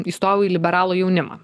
įstojau į liberalų jaunimą